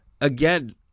again